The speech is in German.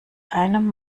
einem